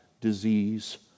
disease